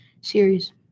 series